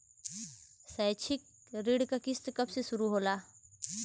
शैक्षिक ऋण क किस्त कब से शुरू होला?